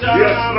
yes